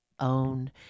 own